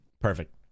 Perfect